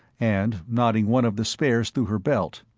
and knotting one of the spares through her belt.